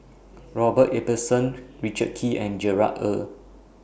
Robert Ibbetson Richard Kee and Gerard Ee